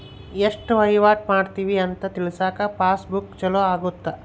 ಎಸ್ಟ ವಹಿವಾಟ ಮಾಡಿವಿ ಅಂತ ತಿಳ್ಕನಾಕ ಪಾಸ್ ಬುಕ್ ಚೊಲೊ ಅಗುತ್ತ